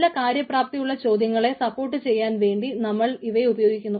നല്ല കാര്യപ്രാപ്തിയുള്ള ചോദ്യങ്ങളെ സപ്പോർട്ട് ചെയ്യാൻ വേണ്ടി നമ്മൾ ഇവയെ ഉപയോഗിക്കുന്നു